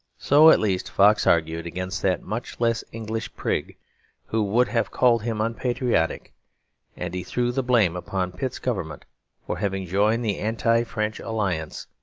so, at least, fox argued against that much less english prig who would have called him unpatriotic and he threw the blame upon pitt's government for having joined the anti-french alliance,